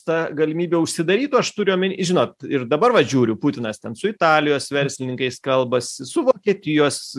ta galimybė užsidarytų aš turiu žinot ir dabar va žiūriu putinas ten su italijos verslininkais kalbasi su vokietijos